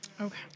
Okay